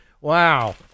Wow